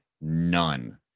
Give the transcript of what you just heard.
none